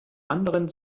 anderen